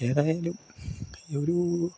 ഏതായാലും ഈ ഒരു